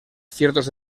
ciertos